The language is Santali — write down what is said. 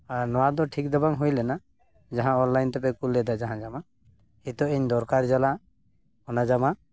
ᱟᱨ ᱱᱚᱣᱟᱫᱚ ᱴᱷᱤᱠ ᱫᱚ ᱵᱟᱝ ᱦᱩᱭ ᱞᱮᱱᱟ ᱡᱟᱦᱟᱸ ᱚᱱᱞᱟᱭᱤᱱ ᱛᱮᱯᱮ ᱠᱩᱞ ᱞᱮᱫᱟ ᱡᱟᱦᱟᱸ ᱡᱟᱢᱟ ᱦᱤᱛᱳᱜ ᱤᱧ ᱫᱚᱨᱠᱟᱨ ᱡᱟᱞᱟ ᱚᱱᱟ ᱡᱟᱢᱟ